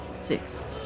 Six